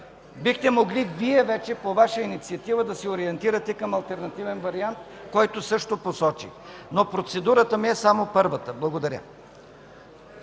бихте могли, по Ваша инициатива да се ориентирате към алтернативен вариант, който също посочих. Процедурата ми е само първата. Благодаря.